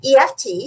EFT